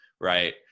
right